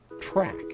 track